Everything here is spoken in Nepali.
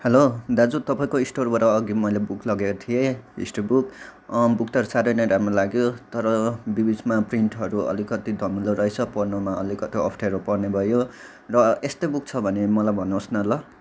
हेलो दाजु तपाईँको स्टोरबाट अघि मैले बुक लगेको थिएँ हिस्ट्री बुक अँ बुक त साह्रै नै राम्रै लाग्यो तर बि बिचमा प्रिन्टहरू अलिकति धमिलो रहेछ पढ्नुमा अलिक अप्ठ्यारो पर्ने भयो र यस्तै बुक छ भने मलाई भन्नुहोस् न ल